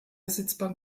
sitzbank